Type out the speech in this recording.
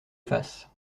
fasse